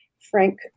Frank